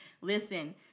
Listen